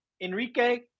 Enrique